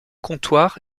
comptoir